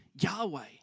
Yahweh